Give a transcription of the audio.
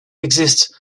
exists